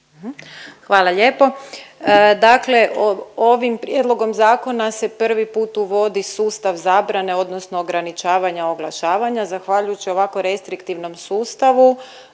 Hvala lijepo. Dakle ovim prijedlogom zakona se prvi put uvodi sustav zabrane odnosno ograničavanja oglašavanja zahvaljujući ovako restriktivnom sustavu,